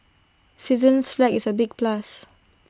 Switzerland's flag is A big plus